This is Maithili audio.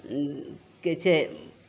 के छै